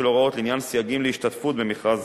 הוראות לעניין סייגים להשתתפות במכרז